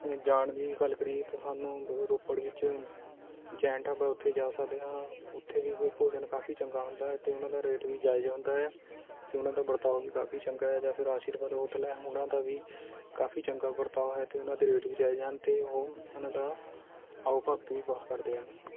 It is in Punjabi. ਜਾਣ ਦੀ ਗੱਲ ਕਰੀਏ ਤਾਂ ਸਾਨੂੰ ਰੋਪੜ ਵਿੱਚ ਜੈਨ ਢਾਬਾ ਹੈ ਉੱਥੇ ਜਾ ਸਕਦੇ ਹਾਂ ਉੱਥੇ ਵੀ ਭੋਜਨ ਕਾਫੀ ਚੰਗਾ ਹੁੰਦਾ ਹੈ ਅਤੇ ਉਹਨਾਂ ਦਾ ਰੇਟ ਵੀ ਜਾਇਜ਼ ਹੁੰਦਾ ਹੈ ਅਤੇ ਉਹਨਾਂ ਦਾ ਵਰਤਾਓ ਵੀ ਕਾਫ਼ੀ ਚੰਗਾ ਹੈ ਜਾਂ ਫਿਰ ਆਸ਼ੀਰਵਾਦ ਹੋਟਲ ਹੈ ਉਹਨਾਂ ਦਾ ਵੀ ਕਾਫ਼ੀ ਚੰਗਾ ਵਰਤਾਓ ਹੈ ਅਤੇ ਉਹਨਾਂ ਦੇ ਰੇਟ ਵੀ ਜਾਇਜ਼ ਹਨ ਅਤੇ ਉਹ ਉਹਨਾਂ ਦਾ ਆਓਭਾਗਤ ਵੀ ਬਹੁਤ ਕਰਦੇ ਹਨ